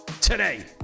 Today